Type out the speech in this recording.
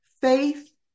faith